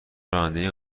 رانندگی